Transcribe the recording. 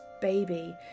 baby